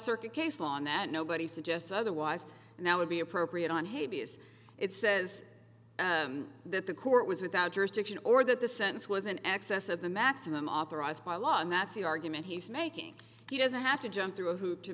circuit case law on that nobody suggests otherwise and that would be appropriate on haiti as it says that the court was without jurisdiction or that the sentence was in excess of the maximum authorized by law and that's the argument he's making he doesn't have to jump